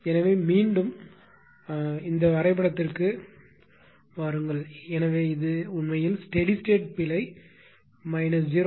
எனவே மீண்டும் இந்த வரைபடத்திற்கு வாருங்கள் எனவே இது உண்மையில் ஸ்டெடி ஸ்டேட் பிழை மைனஸ் 0